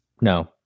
No